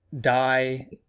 die